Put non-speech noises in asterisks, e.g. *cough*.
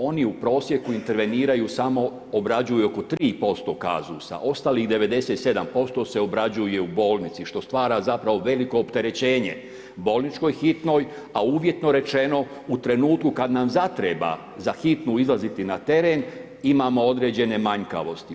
Oni u prosjeku interveniraju samo, obrađuju oko 3% ... *unintelligible* Ostalih 97% se obrađuje u bolnici, što stvara zapravo veliko opterećenje bolničkoj hitnoj, a uvjetno rečeno, u trenutku kad nam zatreba za hitnu izlaziti na teren, imamo određene manjkavosti.